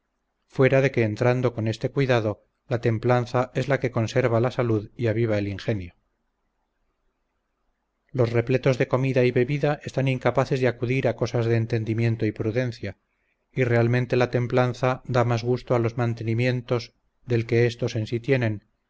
fuera de que entrando con este cuidado la templanza es la que conserva la salud y aviva el ingenio los repletos de comida y bebida están incapaces de acudir a cosas de entendimiento y prudencia y realmente la templanza da más gusto a los mantenimientos del que estos en sí tienen